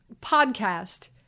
podcast